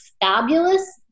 fabulous